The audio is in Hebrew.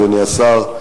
אדוני השר,